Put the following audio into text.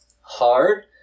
hard